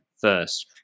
first